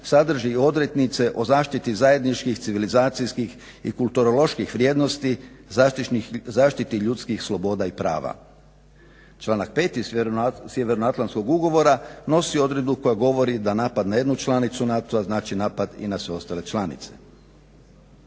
sadrži odrednice o zaštiti zajedničkim civilizacijskih i kulturoloških vrijednosti zaštiti ljudskih sloboda i prava. Članak 5. iz Sjevernoatlantskog ugovora nosi odredbu koja govori da napad na jednu članicu NATO-a, znači napad i na sve ostale članice.